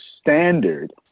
standard